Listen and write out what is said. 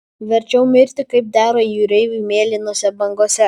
verčiau mirti kaip dera jūreiviui mėlynose bangose